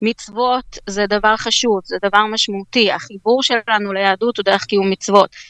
מצוות זה דבר חשוב, זה דבר משמעותי, החיבור שלנו ליהדות הוא דרך קיום מצוות